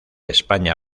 españa